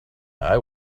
eye